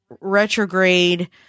retrograde